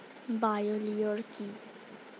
Bio lure কি?